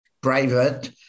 private